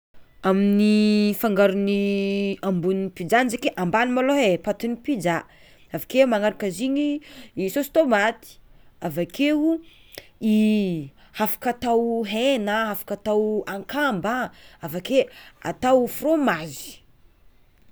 Amin'ny fangaron'ny ambony pizza zeky e, ambany malôha e patin'i pizza, avakeo magnaraka zigny saosy tômaty avakeo, afaka atao hena, afaka atao akamba, avakeo atao fromazy.